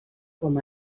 com